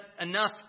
enough